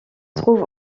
trouve